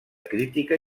crítica